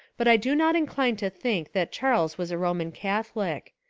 but i do not incline to think that charles was a roman catholic.